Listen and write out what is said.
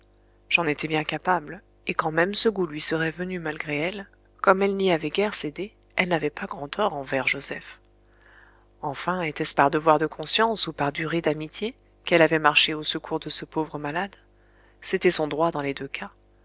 j'en étais bien capable et quand même ce goût lui serait venu malgré elle comme elle n'y avait guère cédé elle n'avait pas grand tort envers joseph enfin était-ce par devoir de conscience ou par durée d'amitié qu'elle avait marché au secours de ce pauvre malade c'était son droit dans les deux cas